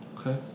Okay